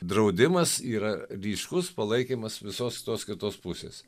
draudimas yra ryškus palaikymas visos tos kitos pusės